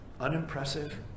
unimpressive